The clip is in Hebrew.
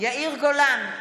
יאיר גולן,